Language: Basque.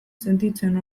sentitzen